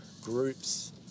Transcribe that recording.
groups